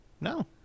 No